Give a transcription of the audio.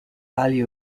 value